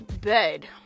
bed